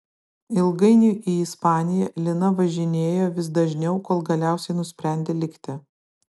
ilgainiui į ispaniją lina važinėjo vis dažniau kol galiausiai nusprendė likti